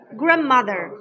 grandmother